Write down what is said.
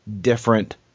different